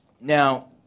Now